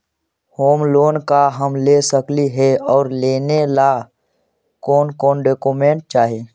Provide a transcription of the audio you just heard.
Home loan का हम ले सकली हे, और लेने ला कोन कोन डोकोमेंट चाही?